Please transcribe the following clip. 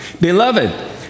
Beloved